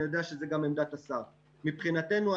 אני יודע שזו גם עמדת השר: מבחינתנו,